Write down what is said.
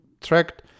tracked